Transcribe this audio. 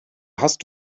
hast